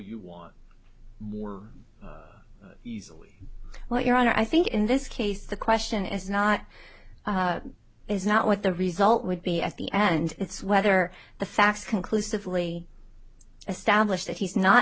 you want more easily well your honor i think in this case the question is not is not what the result would be at the end it's whether the facts conclusively established that he's not